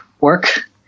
work